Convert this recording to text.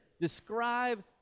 describe